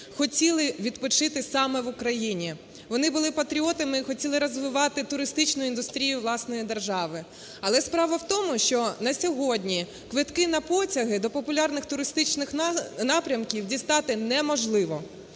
хотіли відпочити саме в Україні, вони були патріотами і хотіли розвивати туристичну індустрію власної держави. Але справа в тому, що на сьогодні квитки на потяги до популярних туристичних напрямків дістати неможливо,